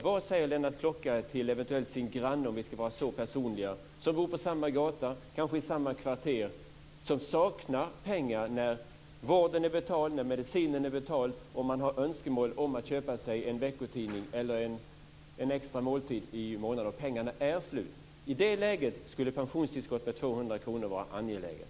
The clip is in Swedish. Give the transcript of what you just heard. Vad säger Lennart Klockare till eventuellt sin granne - om vi ska vara så personliga - som bor på samma gata i samma kvarter, som saknar pengar när vården och medicinen är betald och man har önskemål att köpa sig en veckotidning eller en extra måltid i månaden? Pengarna är slut. I det läget skulle ett pensionstillskott om 200 kr vara angeläget.